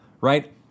right